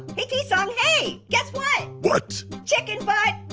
hey t-sung hey. guess what? what? chicken butt.